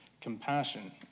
compassion